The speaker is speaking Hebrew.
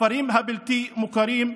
בכפרים הבלתי-מוכרים,